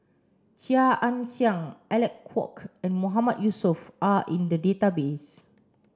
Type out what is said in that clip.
Chia Ann Siang Alec Kuok and Mahmood Yusof are in the database